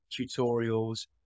tutorials